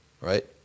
Right